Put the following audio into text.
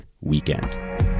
weekend